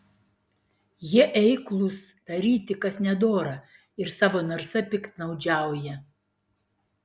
jie eiklūs daryti kas nedora ir savo narsa piktnaudžiauja